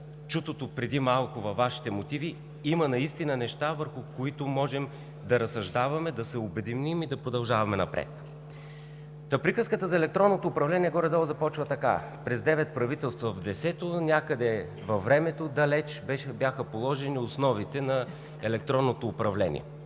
чутото преди малко във Вашите мотиви, има наистина неща, върху които можем да разсъждаваме, да се обединим и да продължаваме напред. Приказката за електронното управление горе-долу започва така: през девет правителства в десето, някъде далеч във времето бяха положени основите на електронното управление.